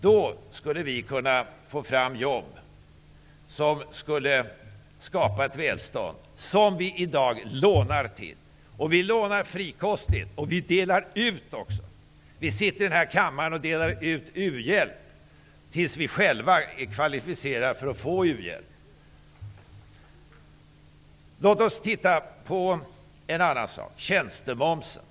Då skulle vi kunna få fram jobb som skulle skapa ett välstånd, något som vi i dag lånar till. Vi lånar ymnigt och delar också ut frikostigt. Vi sitter här i kammaren och delar ut u-hjälp tills vi själva blir kvalificerade för att få uhjälp. Låt oss också titta på en annan fråga, tjänstemomsen.